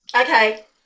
Okay